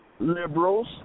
liberals